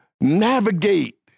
navigate